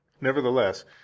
Nevertheless